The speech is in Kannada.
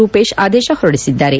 ರೂಪೇಶ್ ಆದೇಶ ಹೊರಡಿಸಿದ್ದಾರೆ